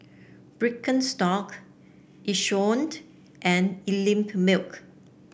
Birkenstock Yishion and Einmilk